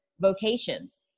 vocations